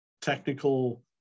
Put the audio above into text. technical